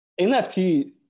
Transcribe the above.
NFT